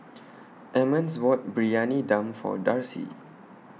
Emmons bought Briyani Dum For Darci